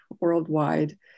worldwide